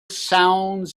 sounds